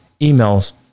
emails